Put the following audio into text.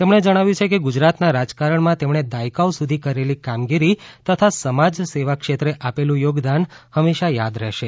તેમણે જણાવ્યું કે ગુજરાતના રાજકારણમાં તેમણે દાયકાઓ સુધી કરેલી કામગીરી તથા સમાજસેવા ક્ષેત્રે આપેલુ યોગદાન હંમેશા યાદ રહેશે